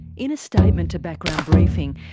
in a statement to background briefing,